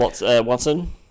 Watson